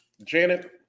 Janet